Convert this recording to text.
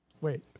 Wait